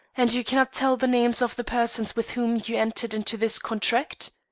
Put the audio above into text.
and you cannot tell the names of the persons with whom you entered into this contract?